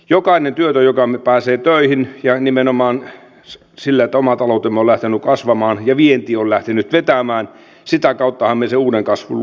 jokainen työtön joka pääsee töihin ja nimenomaan sillä että oma taloutemme on lähtenyt kasvamaan ja vienti on lähtenyt vetämään sitä kauttahan me sen uuden kasvun luomme